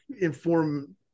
inform